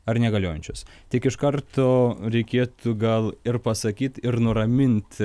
ar negaliojančios tik iš karto reikėtų gal ir pasakyt ir nuramint